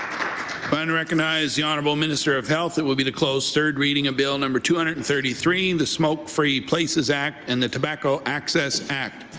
but and recognize the honourable minister of health and will be to close third reading of bill number two hundred and thirty three, and the smoke free places act and the tobacco access act.